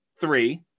three